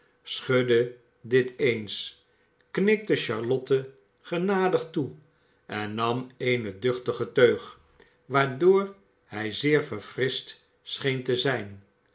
schudde dit eens knikte charlotte genadig toe en nam eene duchtige j teug waardoor hij zeer verfrischt scheen te zijn